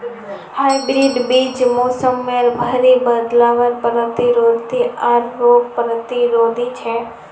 hybrid बीज मोसमेर भरी बदलावर प्रतिरोधी आर रोग प्रतिरोधी छे